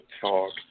talk